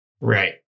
Right